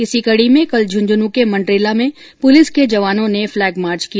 इसी कडी में कल झुंझुनू के मंड्रेला में पुलिस के जवानों ने फ्लेगमार्च किया